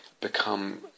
become